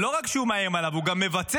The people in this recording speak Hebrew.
ולא רק שהוא מאיים עליו, הוא גם מבצע.